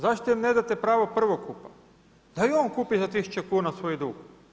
Zašto im ne date pravo prvokupa, da ju on kupi za 1000 kuna svoji dug.